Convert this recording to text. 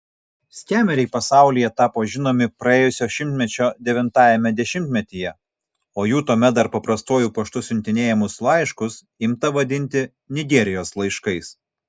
skemeriai pasaulyje tapo žinomi praėjusio šimtmečio devintajame dešimtmetyje o jų tuomet dar paprastuoju paštu siuntinėjamus laiškus imta vadinti nigerijos laiškais